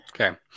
Okay